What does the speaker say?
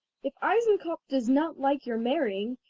if eisenkopf does not like your marrying,